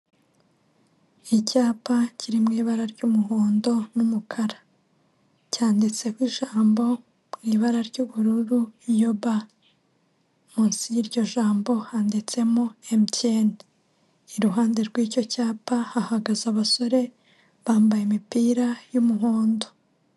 Icyapa kiri mu ibara ry'umuhondo n'umukara cyanditseho ijambo mu ibara ry'ubururu iyoba munsi y'iryo jambo handitsemo emutieni, iruhande rw'icyo cyapa hahagaze abasore bambaye imipira y'umuhondo.